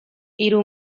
hiru